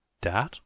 Dad